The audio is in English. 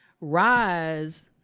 rise